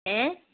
ഏ